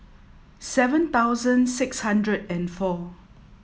seven thousand six hundred and four